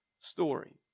story